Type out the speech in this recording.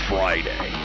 Friday